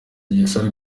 gisa